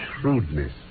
shrewdness